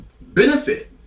benefit